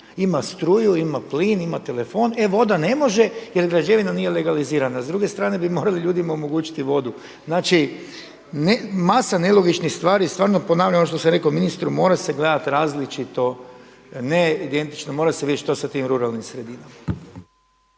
Ima struju, ima plin, ima telefon, e voda ne može jer građevina nije legalizirana. S druge strane bi morali ljudima omogućiti vodu. Znači, masa nelogičnih stvari, stvarno ponavljam ono što sam rekao ministru, mora se gledati različito, ne identično. Mora se vidjeti što s tim ruralnim sredinama.